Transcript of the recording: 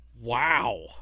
Wow